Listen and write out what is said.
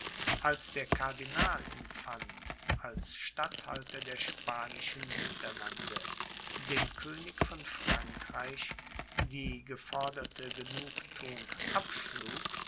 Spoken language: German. als der cardinal infant als statthalter der spanischen niederlande dem könig von frankreich die geforderte genugthuung abschlug